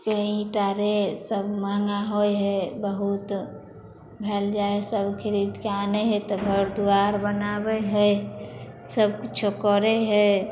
ईंटा रे सब महगा होइ हइ बहुत भेल जाइ हइ सब खरिदके आनै हइ तऽ घर दुआर बनाबै हइ सबकिछु करै हइ